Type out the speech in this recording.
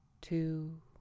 two